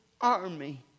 army